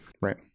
Right